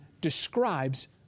describes